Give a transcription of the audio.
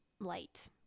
light